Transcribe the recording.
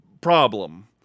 problem